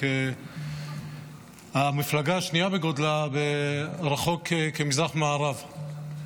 שהמפלגה השנייה בגודלה, רחוק כמזרח ממערב.